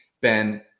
Ben